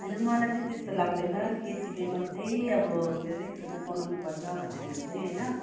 होइन मलाई चाहिँ त्यस्तो लाग्दैन केटीले मात्रै अब के हरे खाना बनाउनु पर्छ भनेर चाहिँ होइन